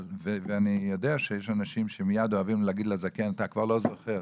ואני יודע שיש אנשים שמייד אוהבים להגיד לזקן: אתה כבר לא זוכר,